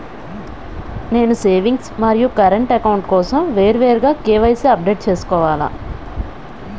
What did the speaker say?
నేను సేవింగ్స్ మరియు current account కోసం వేరువేరుగా కే.వై.సీ అప్డేట్ చేయాలా?